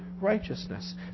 righteousness